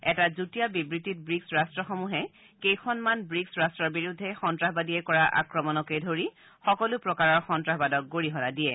এটা যুটীয়া বিবৃতিত ব্ৰীকছ ৰাট্টসমূহে কেইখনমান ব্ৰীক্ছ দেশৰ বিৰুদ্ধে সন্তাসবাদীয়ে কৰা আক্ৰমণকে ধৰি সকলো প্ৰকাৰৰ সন্তাসবাদক গৰিহণা দিয়ে